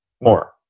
More